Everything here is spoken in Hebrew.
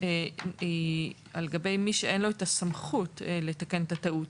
היא למי שאין לו סמכות לתקן את הטעות.